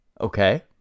Okay